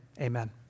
Amen